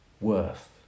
worth